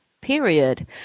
period